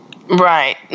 Right